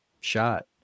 shot